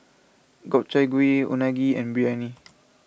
Gobchang Gui Unagi and Biryani